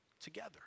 together